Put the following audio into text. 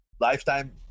lifetime